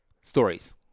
stories